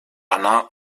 anna